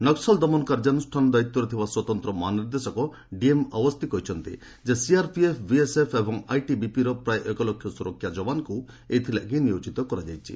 ନକ୍କଲ୍ ଦମନ କାର୍ଯ୍ୟାନୁଷ୍ଠାନ ଦାୟିତ୍ୱରେ ଥିବା ସ୍ୱତନ୍ତ୍ର ମହାନିର୍ଦ୍ଦେଶକ ଡିଏମ୍ ଅଓ୍ୱସ୍ତି କହିଛନ୍ତି ସିଆର୍ପିଏଫ୍ ବିଏସ୍ଏଫ୍ ଏବଂ ଆଇଟିବିପିର ପ୍ରାୟ ଏକ ଲକ୍ଷ ସୁରକ୍ଷା ଯବାନଙ୍କୁ ଏଥିଲାଗି ନିୟୋଜିତ କରାଯାଇଛି